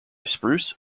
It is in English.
spruce